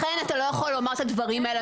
לכן אתה לא יכול לומר את הדברים האלה.